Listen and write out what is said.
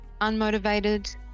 unmotivated